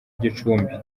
gicumbi